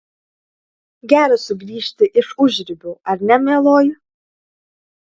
gera sugrįžti iš užribių ar ne mieloji